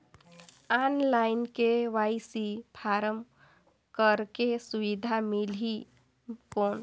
Online KYC form करेके सुविधा मिली कौन?